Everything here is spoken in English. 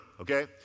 okay